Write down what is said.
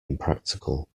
impractical